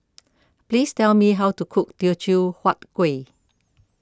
please tell me how to cook Teochew Huat Kuih